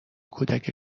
کودک